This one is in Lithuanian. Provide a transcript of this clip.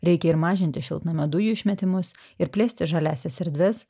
reikia ir mažinti šiltnamio dujų išmetimus ir plėsti žaliąsias erdves